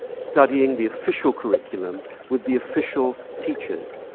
studying the official curriculum with the official teachers.